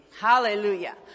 Hallelujah